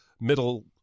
middle